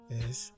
Yes